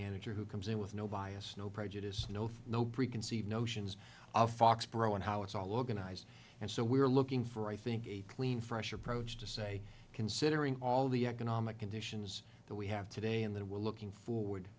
manager who comes in with no bias no prejudiced no no preconceived notions of foxborough and how it's all open eyes and so we're looking for i think a clean fresh approach to say considering all the economic conditions that we have today and that we're looking forward